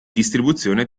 distribuzione